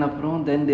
okay